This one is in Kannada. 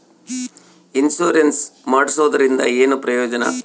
ಇನ್ಸುರೆನ್ಸ್ ಮಾಡ್ಸೋದರಿಂದ ಏನು ಪ್ರಯೋಜನ?